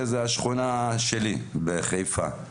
שזו השכונה שלי בחיפה.